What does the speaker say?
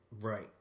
Right